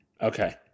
Okay